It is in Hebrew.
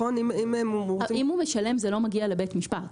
אם הוא משלם, זה לא מגיע לבית משפט.